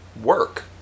work